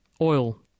oil